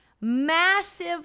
massive